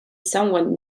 someone